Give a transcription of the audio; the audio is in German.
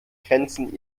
grenzen